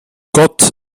gott